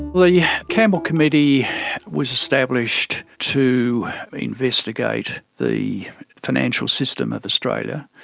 the yeah campbell committee was established to investigate the financial system of australia.